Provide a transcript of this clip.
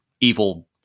evil